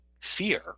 fear